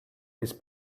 his